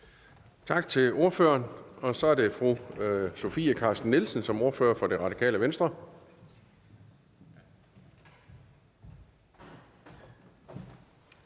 Tak til ordføreren. Så er det fru Sofie Carsten Nielsen som ordfører for Det Radikale Venstre.